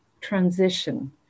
transition